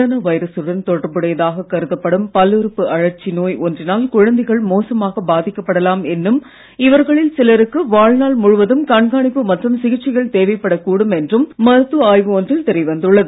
corona வைரசுடன் தொடர்புடையதாக கருதப்படும் பல்லுறுப்பு அழற்சி நோய் ஒன்றினால் குழந்தைகள் மோசமாக பாதிக்கப்படலாம் என்றும் இவர்களில் சிலருக்கு வாழ்நாள் முழுவதும் கண்காணிப்பு மற்றும் சிகிச்சைகள் தேவைப்படக் கூடும் என்றும் மருத்துவ ஆய்வு ஒன்றில் தெரிய வந்துள்ளது